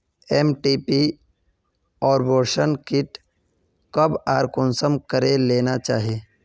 MTP abortion kit कब आर कुंसम करे लेना चही?